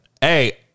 Hey